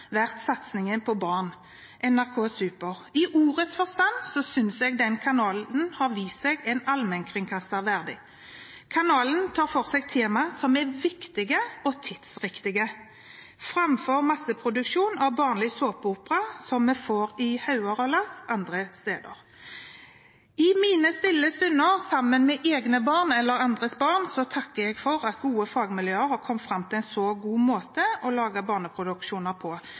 satsingen på barn, nemlig NRK Super. I ordets forstand synes jeg den kanalen har vist seg en allmennkringkaster verdig. Kanalen tar for seg tema som er viktige og tidsriktige, framfor masseproduksjon av barnlig såpeopera, som vi får i hauger og lass andre steder. I mine stille stunder sammen med egne barn eller andres barn takker jeg for at gode fagmiljø har kommet fram til en så god måte å lage barneproduksjoner på.